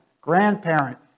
grandparent